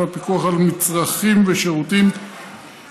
הפיקוח על מצרכים ושירותים (התקנת מעליות ומתן שירות למעליות),